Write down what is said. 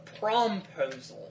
promposal